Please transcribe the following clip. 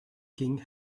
king